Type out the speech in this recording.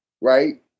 right